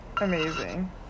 amazing